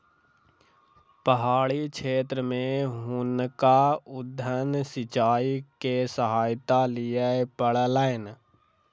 पहाड़ी क्षेत्र में हुनका उद्वहन सिचाई के सहायता लिअ पड़लैन